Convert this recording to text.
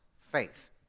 faith